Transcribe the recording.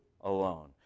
alone